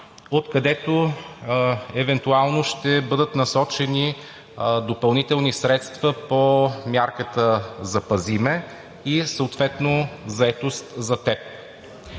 откъдето евентуално ще бъдат насочени допълнителни средства по мярката „Запази ме“ и съответно „Заетост за теб“.